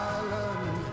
Island